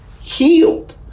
healed